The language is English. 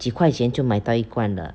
几块钱就买到一罐了